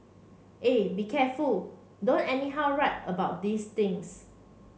eh be careful don't anyhow write about these things